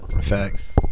Facts